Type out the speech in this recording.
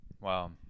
wow